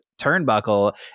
turnbuckle